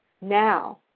Now